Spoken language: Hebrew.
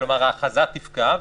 כלומר ההכרזה תפקע,